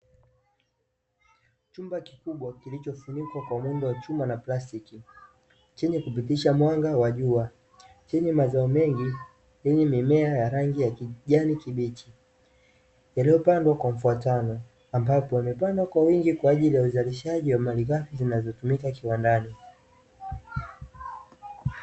Chumba kikubwa kilichofunikwa kwa muundo wa chuma na plastiki chenye kupitisha mwanga wa jua, chenye mazao mengi yenye mimea ya rangi ya kijani kibichi yaliyopandwa kwa mfuatano, ambapo wamepanda kwa wingi kwa ajili ya uzalishaji wa malighafi zinazotumika kiwandani.